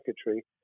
secretary